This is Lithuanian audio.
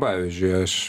pavyzdžiui aš